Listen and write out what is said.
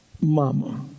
mama